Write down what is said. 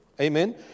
Amen